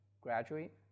graduate